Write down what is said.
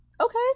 okay